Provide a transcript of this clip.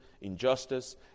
injustice